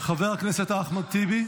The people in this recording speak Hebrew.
חבר הכנסת אחמד טיבי,